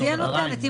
היא הנותנת.